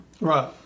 Right